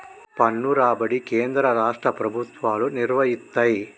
పన్ను రాబడి కేంద్ర రాష్ట్ర ప్రభుత్వాలు నిర్వయిస్తయ్